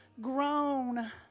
grown